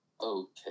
okay